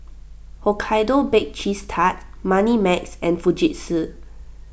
Hokkaido Baked Cheese Tart Moneymax and Fujitsu